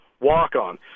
walk-on